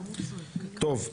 טוב.